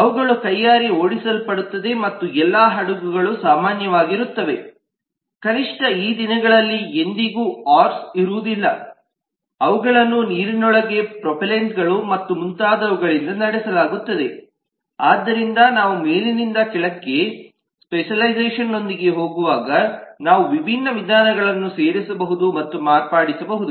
ಅವುಗಳು ಕೈಯಾರೆ ಓಡಿಸಲ್ಪಡುತ್ತವೆ ಮತ್ತು ಎಲ್ಲಾ ಹಡಗುಗಳು ಸಾಮಾನ್ಯವಾಗಿರುತ್ತವೆ ಕನಿಷ್ಠ ಈ ದಿನಗಳಲ್ಲಿ ಎಂದಿಗೂ ಓರ್ಸ್ ಇರುವುದಿಲ್ಲ ಅವುಗಳನ್ನು ನೀರೊಳಗಿನ ಪ್ರೊಪೆಲ್ಲೆಂಟ್ಗಳು ಮತ್ತು ಮುಂತಾದವುಗಳಿಂದ ನಡೆಸಲಾಗುತ್ತದೆ ಆದ್ದರಿಂದ ನಾವು ಮೇಲಿನಿಂದ ಕೆಳಕ್ಕೆ ಸ್ಪೆಷಲ್ಲೈಝೇಷನ್ನೊಂದಿಗೆ ಹೋಗುವಾಗ ನಾವು ವಿಭಿನ್ನ ವಿಧಾನಗಳನ್ನು ಸೇರಿಸಬಹುದು ಮತ್ತು ಮಾರ್ಪಡಿಸಬಹುದು